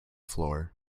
floor